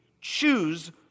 choose